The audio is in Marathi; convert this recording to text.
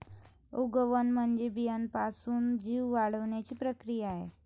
उगवण म्हणजे बियाण्यापासून जीव वाढण्याची प्रक्रिया आहे